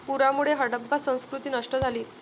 पुरामुळे हडप्पा संस्कृती नष्ट झाली